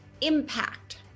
impact